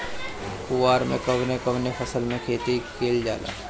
कुवार में कवने कवने फसल के खेती कयिल जाला?